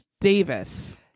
Davis